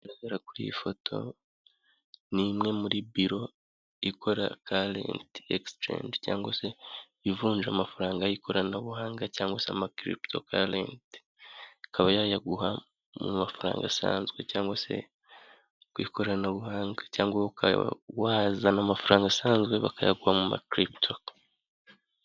Igaragara kuri iyi foto ni imwe muri biro ikora karenti egisicenje cyangwa se ivunja amafaranga y'ikoranabuhanga cyangwa se ama kiriputo karensi, ikaba yayaguha mu mafaranga asanzwe cyangwa se ku ikoranabuhanga cyangwa; ukaba wazana amafaranga asanzwe bakayaguha mu ma kiriputo.